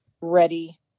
ready